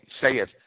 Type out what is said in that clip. saith